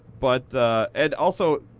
but and also,